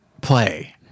play